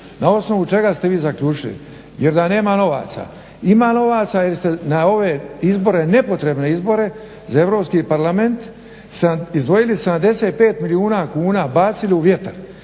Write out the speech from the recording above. Na osnovu čega ste vi zaključili? Jer da nema novaca. Ima novaca jer ste na ove izbore, nepotrebne izbore za Europski parlament izdvojili 75 milijuna kuna, bacili u vjetar.